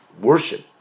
worship